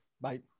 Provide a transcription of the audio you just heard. Bye